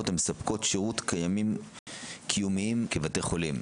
המספקות שירותים קיומיים כבתי חולים.